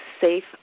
safe